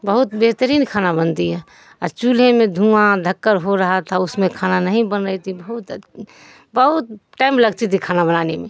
بہت بہترین کھانا بنتی ہے اور چولہے میں دھواں دھکڑ ہو رہا تھا اس میں کھانا نہیں بن رہی تھی بہت بہت ٹائم لگتی تھی کھانا بنانے میں